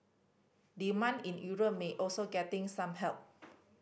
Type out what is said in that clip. demand in Europe may also getting some help